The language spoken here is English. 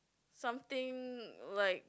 something like